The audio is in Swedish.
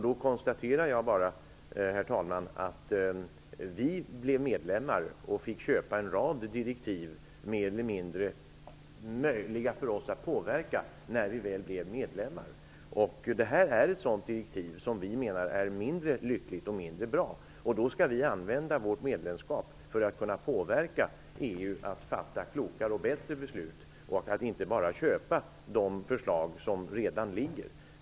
Då konstaterar jag bara, herr talman, att vi när vi väl blev medlemmar fick en rad direktiv som var mer eller mindre möjliga att påverka för oss. Detta är ett sådant direktiv som vi menar är mindre lyckligt och mindre bra. Då skall vi använda vårt medlemskap för att påverka EU att fatta klokare och bättre beslut. Man kan inte bara acceptera de förslag som redan finns.